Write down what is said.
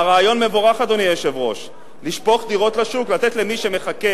אדוני היושב-ראש, הרעיון מבורך: